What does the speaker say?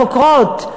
החוקרות,